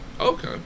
okay